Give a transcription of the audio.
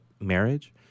marriage